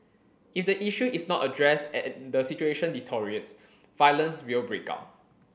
if the issue is not addressed and the situation deteriorates violence will break out